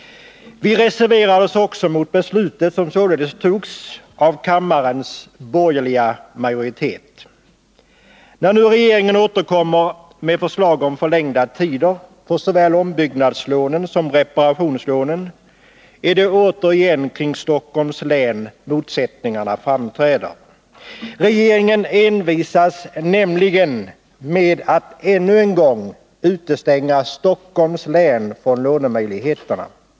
Vi reserverade oss också mot beslutet, som således fattades av kammarens borgerliga majoritet. När nu regeringen återkommer med förslag om förlängda giltighetstider för såväl ombyggnadslånen som reparationslånen är det återigen kring Stockholms län som motsättningarna framträder. Regeringen envisas nämligen med att ännu en gång utestänga Stockholms län från lånemöjligheterna.